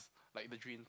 like the drain